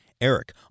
eric